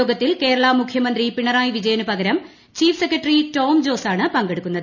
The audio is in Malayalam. യോഗത്തിൽ കേരള മുഖ്യമന്ത്രി പിണറായി വ്വീജയന് പകരം ചീഫ് സെക്രട്ടറി ടോം ജോസാണ് പങ്കെടുക്കുന്നത്